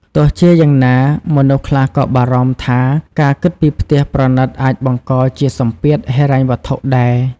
ទោះជាយ៉ាងណា មនុស្សខ្លះក៏បារម្ភថា ការគិតពីផ្ទះប្រណិតអាចបង្កជាសម្ពាធហិរញ្ញវត្ថុដែរ។